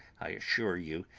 i assure you,